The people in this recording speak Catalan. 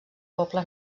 poble